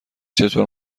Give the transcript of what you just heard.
چطور